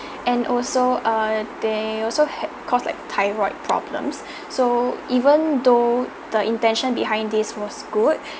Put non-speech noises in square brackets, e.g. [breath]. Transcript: [breath] and also err they also had caused like thyroid problems [breath] so even though the intention behind this was good